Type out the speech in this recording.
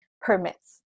permits